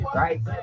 right